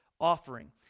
offering